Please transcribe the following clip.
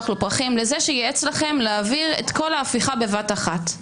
עד שאנחנו ננצח ונשמור על הדמוקרטיה שלנו.